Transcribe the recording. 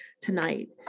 tonight